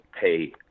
pay